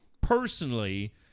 personally